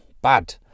Bad